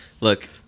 Look